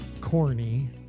corny